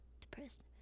Depressed